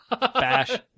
Bash